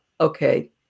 okay